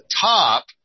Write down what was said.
top